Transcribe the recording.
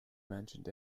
mentioned